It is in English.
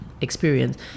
experience